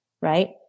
right